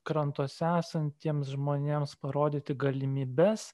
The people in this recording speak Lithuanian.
krantuose esantiems žmonėms parodyti galimybes